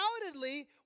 undoubtedly